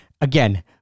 Again